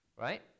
right